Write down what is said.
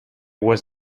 was